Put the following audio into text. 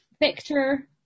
Victor